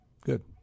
Good